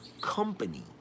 company